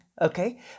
okay